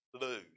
lose